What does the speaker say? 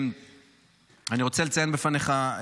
אני רוצה לציין בפניך,